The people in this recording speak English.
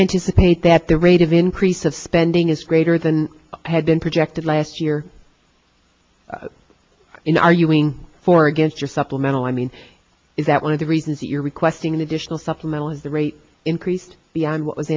anticipate that the rate of increase of spending is greater than had been projected last year in arguing for or against your supplemental i mean is that one of the reasons you're requesting the additional supplemental is the rate increased beyond what w